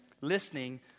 listening